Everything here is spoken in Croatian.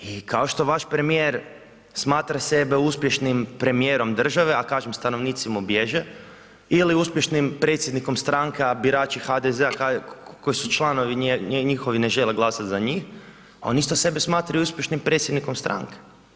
I kao što vaš premijer smatra sebe uspješnim premijerom države, a kažem, stanovnici mu bježe ili uspješnim predsjednikom stranke, a birači HDZ-a, koji su članovi njihovi ne žele glasat za njih, on isto sebe smatra uspješnim predsjednikom stranke.